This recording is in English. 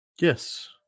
Yes